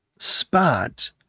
spot